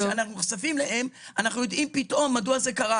וכשאנחנו נחשפים אליהן אנחנו יודעים פתאום מדוע זה קרה.